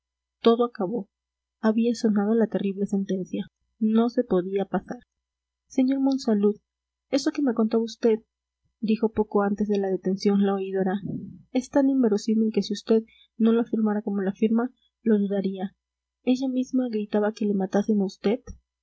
todo acabó había sonado la terrible sentencia no se podía pasar sr monsalud eso que me contaba vd dijo poco antes de la detención la oidora es tan inverosímil que si vd no lo afirmara como lo afirma lo dudaría ella misma gritaba que le matasen a